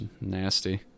Nasty